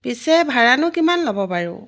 পিছে ভাৰানো কিমান ল'ব বাৰু